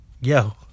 Yo